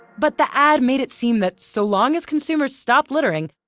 but the ad made it seem that so long as consumers stopped littering,